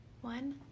one